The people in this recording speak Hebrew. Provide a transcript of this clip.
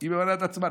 היא ממנה את עצמה,